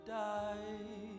die